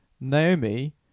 naomi